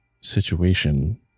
situation